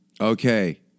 Okay